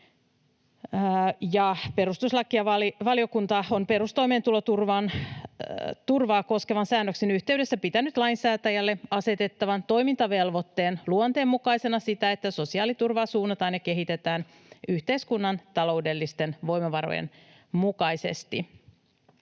Perustuslakivaliokunta on perustoimeentuloturvaa koskevan säännöksen yhteydessä pitänyt lainsäätäjälle asetettavan toimintavelvoitteen luonteen mukaisena sitä, että sosiaaliturvaa suunnataan ja kehitetään yhteiskunnan taloudellisten voimavarojen mukaisesti.